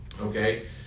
okay